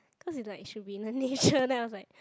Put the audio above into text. cause is like should be the nature then I was like